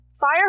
Fire